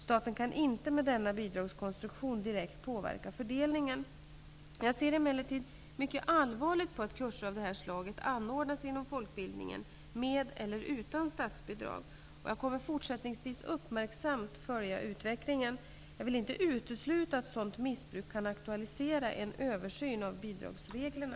Staten kan inte med denna bidragskonstruktion direkt påverka fördelningen. Jag ser emellertid mycket allvarligt på att kurser av detta slag anordnas inom folkbildningen -- med eller utan statsbidrag -- och jag kommer fortsättningsvis att uppmärksamt följa utvecklingen. Jag vill inte utesluta att sådant missbruk kan aktualisera en översyn av bidragsreglerna.